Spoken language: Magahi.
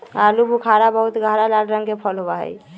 आलू बुखारा बहुत गहरा लाल रंग के फल होबा हई